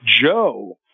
Joe